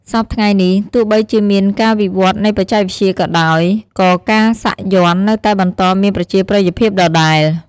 សព្វថ្ងៃនេះ ទោះបីជាមានការវិវឌ្ឍន៍នៃបច្ចេកវិទ្យាក៏ដោយ ក៏ការសាក់យ័ន្តនៅតែបន្តមានប្រជាប្រិយភាពដដែល។